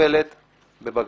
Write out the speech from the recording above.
נופלת בבג"ץ,